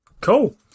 cool